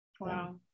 wow